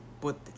put